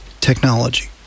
technology